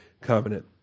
Covenant